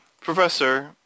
Professor